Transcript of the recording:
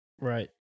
Right